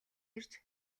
ирж